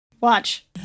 Watch